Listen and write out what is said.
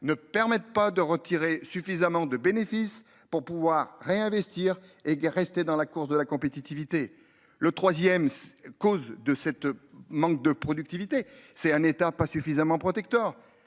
ne permettent pas de retirer suffisamment de bénéfices pour pouvoir réinvestir et est resté dans la course de la compétitivité, le 3ème cause de cette manque de productivité. C'est un état pas suffisamment protecteur.